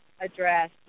address